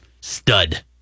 Stud